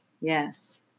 Yes